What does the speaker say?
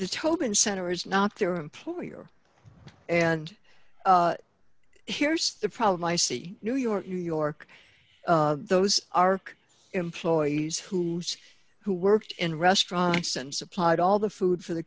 tobin center is not their employer and here's the problem i see new york new york those are employees who who worked in restaurants and supplied all the food for the